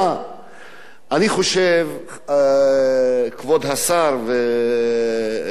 אני חושב, כבוד השר וחברי הכנסת,